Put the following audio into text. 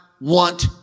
want